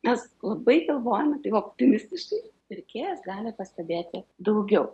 mes labai galvojame taip optimistiškai pirkėjas gali pastebėti daugiau